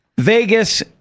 Vegas